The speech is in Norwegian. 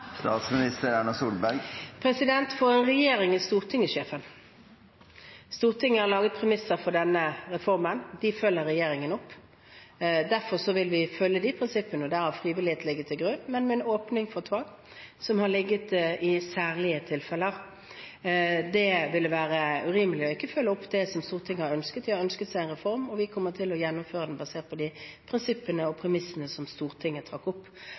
For regjeringen er Stortinget sjefen. Stortinget har lagt premissene for denne reformen. Dem følger regjeringen opp, derfor vil vi følge de prinsippene. Der har frivillighet ligget til grunn, men med en åpning for tvang i særlige tilfeller. Det ville være urimelig ikke å følge opp det som Stortinget har ønsket. De har ønsket seg en reform, og vi kommer til å gjennomføre den, basert på de prinsippene og premissene som Stortinget har trukket opp.